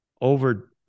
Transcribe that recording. over